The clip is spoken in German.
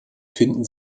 finden